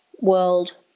world